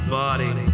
body